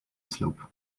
slope